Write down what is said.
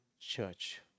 church